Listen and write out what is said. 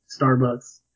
Starbucks